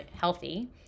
healthy